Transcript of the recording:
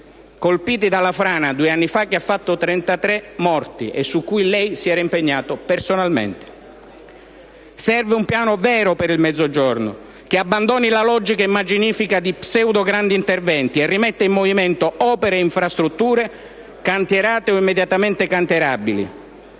colpiti due anni fa dalla frana che ha fatto 33 morti e su cui lei si era impegnato personalmente. Serve un piano vero per il Mezzogiorno che abbandoni la logica immaginifica di pseudo-grandi interventi e rimetta in movimento opere e infrastrutture, cantierate o immediatamente cantierabili.